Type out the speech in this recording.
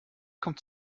kommt